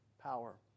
power